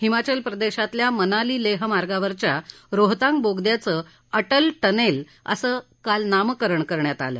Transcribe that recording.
हिमाचल प्रदेशातल्या मनाली लेह मार्गावरच्या रोहतांग बोगद्याचं अटल टनेल असं काल नामकरण करण्यात आलं